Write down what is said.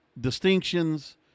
distinctions